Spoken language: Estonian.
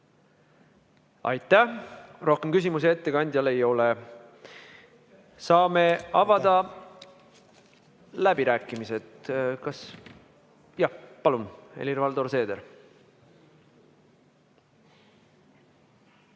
Aitäh! Rohkem küsimusi ettekandjale ei ole. Saame avada läbirääkimised. Palun, Helir-Valdor Seeder!